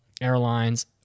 airlines